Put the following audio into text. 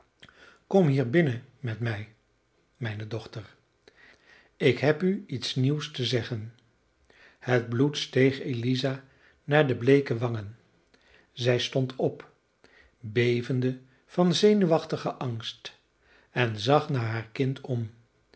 kom hier binnen met mij mijne dochter ik heb u iets nieuws te zeggen het bloed steeg eliza naar de bleeke wangen zij stond op bevende van zenuwachtigen angst en zag naar haar kind om